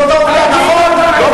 זאת העובדה, נכון?